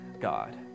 God